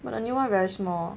but the new [one] very small